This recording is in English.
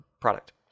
product